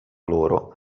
loro